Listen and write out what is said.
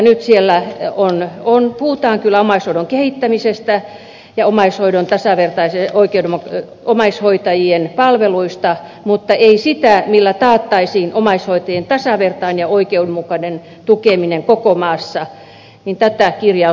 nyt siellä puhutaan kyllä omaishoidon kehittämisestä ja omaishoitajien palveluista mutta ei siitä millä taattaisiin omaishoitajien tasavertainen ja oikeudenmukainen tukeminen koko maassa